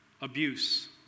abuse